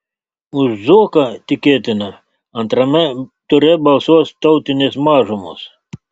už zuoką tikėtina antrame ture balsuos tautinės mažumos